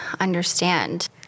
understand